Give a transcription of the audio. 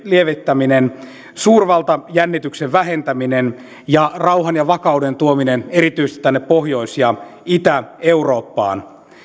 lievittäminen suurvaltajännityksen vähentäminen ja rauhan ja vakauden tuominen erityisesti tänne pohjois ja itä eurooppaan